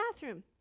bathroom